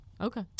Okay